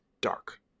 dark